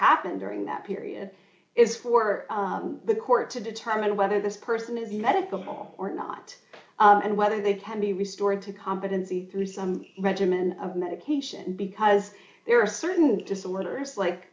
happen during that period is for the court to determine whether this person as medical or not and whether they can be restored to competency through some regimen of medication because there are certain disorders like